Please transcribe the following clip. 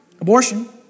Abortion